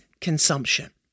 consumption